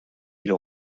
ils